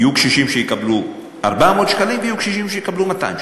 יהיו קשישים שיקבלו 400 שקלים ויהיו קשישים שיקבלו 200 שקלים.